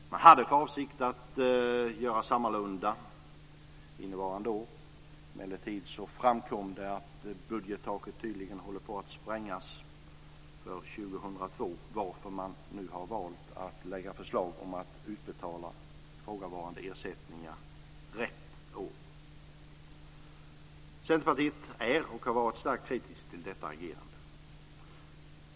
Man hade för avsikt att göra sammalunda innevarande år. Emellertid framkom att budgettaket - tydligen är det så - håller på att sprängas för år 2002, varför man nu valt att lägga fram förslag om utbetalning av ifrågavarande ersättningar rätt år. Centerpartiet är, och har varit, starkt kritiskt till detta agerande.